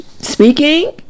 speaking